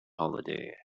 holiday